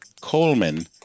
Coleman